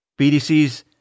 BDCs